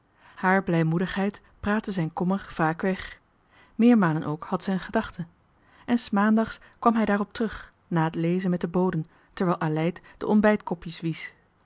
haar blijmoedigheid praatte zijn kommer vaak weg meermalen ook had zij een gedachte en s maandags kwam hij daarop terug na het lezen met de boden terwijl aleid de ontbijtkopjes wiesch